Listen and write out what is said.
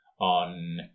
on